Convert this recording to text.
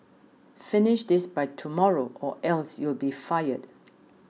finish this by tomorrow or else you'll be fired